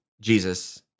Jesus